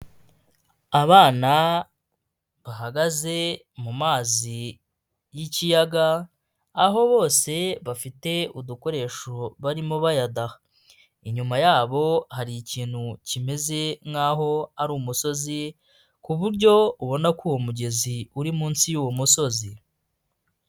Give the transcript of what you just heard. Abana bahagaze mu mazi yikiyaga aho bose bafite udukoresho barimo bayadaha, inyuma yabo hari ikintu kimeze nkaho ari umusozi kuburyo ubona ko uwo mugezi uri munsi y'uwo musozi.